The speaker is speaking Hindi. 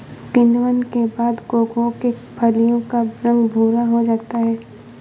किण्वन के बाद कोकोआ के फलियों का रंग भुरा हो जाता है